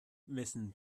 wessen